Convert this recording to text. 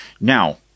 Now